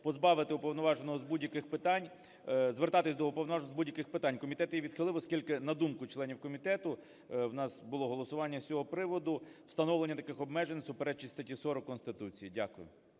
позбавити уповноваженого з будь-яких питань, звертатись до уповноваженого з будь-яких питань. Комітет її відхилив, оскільки, на думку членів комітету, в нас було голосування з цього приводу, встановлення таких обмежень суперечить статті 40 Конституції. Дякую.